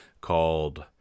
called